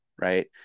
right